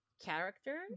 character